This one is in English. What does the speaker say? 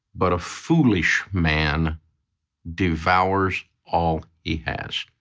but a foolish man devours all he has.